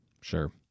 sure